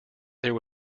there